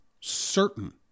certain